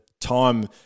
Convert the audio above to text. time